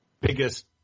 biggest